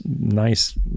nice